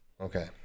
Okay